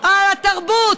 על התרבות?